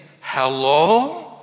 hello